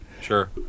Sure